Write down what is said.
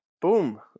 boom